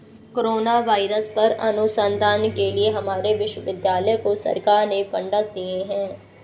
corona virus पर अनुसंधान के लिए हमारे विश्वविद्यालय को सरकार ने फंडस दिए हैं